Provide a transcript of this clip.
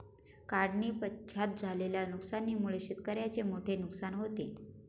काढणीपश्चात झालेल्या नुकसानीमुळे शेतकऱ्याचे मोठे नुकसान होते